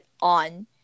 on